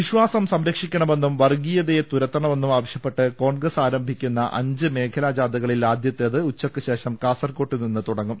വിശ്വാസം സംരക്ഷിക്കണമെന്നും വർഗീയതയെ തുരത്തണമെന്നും ആവശ്യപ്പെട്ട് കോൺഗ്രസ് ആരംഭിക്കുന്ന അഞ്ച് മേഖലാ ജാഥകളിൽ ആദ്യത്തേത് ഉച്ചയ്ക്ക് ശേഷം കാസർകോട്ട് നിന്ന് തുടങ്ങും